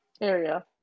area